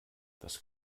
das